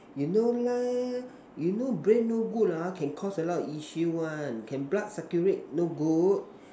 you know lah you know brain no good ah can cause a lot issue one can blood circulate no good